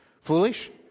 Foolish